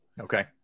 Okay